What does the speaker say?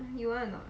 you want or not